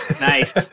Nice